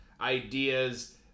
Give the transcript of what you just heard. ideas